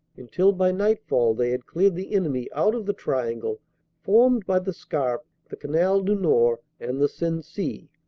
until by nightfall they had cleared the enemy out of the tri angle formed by the scarpe, the canal du nord and the sensee,